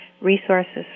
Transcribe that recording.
resources